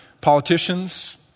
Politicians